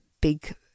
big